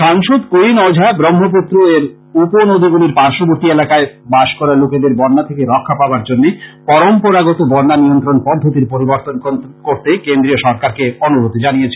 সাংসদ কৃইন ওঝা ব্রহ্মপুত্র এর উপ নদীগুলির পার্শ্ববর্তী এলাকায় বাস করা লোকেদের বন্যা থেকে রক্ষা পাবার জন্য পরম্পরাগত বন্যা নিয়ন্ত্রণ পদ্ধতির পরিবর্তন করতে কেন্দ্রীয় সরকারকে অনুরোধ জানিয়েছেন